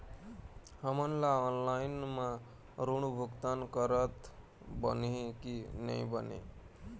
हमन ला ऑनलाइन म ऋण भुगतान करत बनही की नई बने?